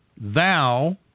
thou